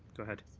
go ahead.